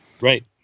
Right